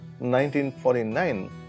1949